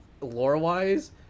lore-wise